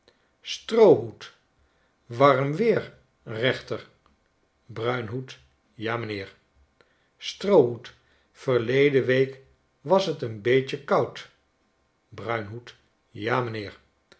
stroohoed warm weer reenter brtothoed ja m'nheer stroohoed yerleden week was t een beetje koud bruinhoed ja m'nheer